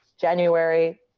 January